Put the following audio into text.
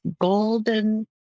golden